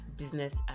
business